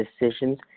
decisions